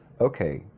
Okay